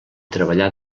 treballà